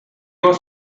was